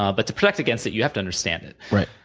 ah but to protect against it, you have to understand it. right.